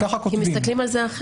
כי מסתכלים על זה אחרת,